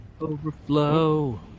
Overflow